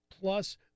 plus